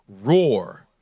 roar